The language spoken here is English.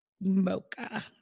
mocha